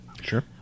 Sure